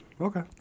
Okay